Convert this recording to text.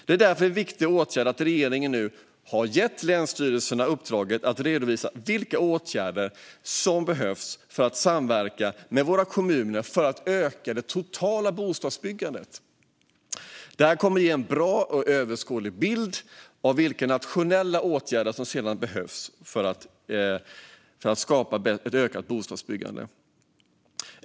Det är därför viktigt att regeringen nu har gett länsstyrelserna i uppdrag att redovisa vilka åtgärder som behövs för att samverka med våra kommuner i syfte att öka det totala bostadsbyggandet. Detta kommer att ge en bra och överskådlig bild av vilka nationella åtgärder som sedan behövs för att åstadkomma ett ökat bostadsbyggande.